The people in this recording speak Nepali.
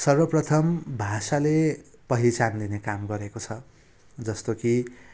सर्वप्रथम भाषाले पहिचान दिने काम गरेको छ जस्तो कि